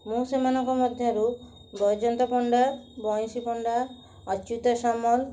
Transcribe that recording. ମୁଁ ସେମାନଙ୍କ ମଧ୍ୟରୁ ବୈଜୟନ୍ତ ପଣ୍ଡା ବଇଁଶୀ ପଣ୍ଡା ଅଚ୍ୟୁତ ସାମଲ